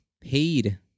paid